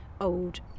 old